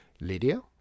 Lydia